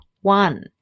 one